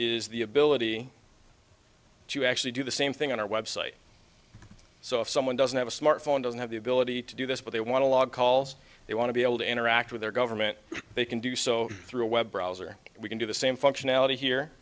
is the ability to actually do the same thing on our website so if someone doesn't have a smartphone doesn't have the ability to do this but they want to log calls they want to be able to interact with their government they can do so through a web browser we can do the same functionality here